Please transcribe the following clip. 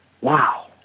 wow